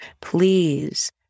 please